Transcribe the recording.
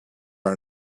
are